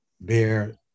bear